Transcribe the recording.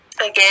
Again